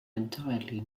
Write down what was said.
entirely